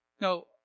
No